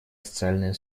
социальные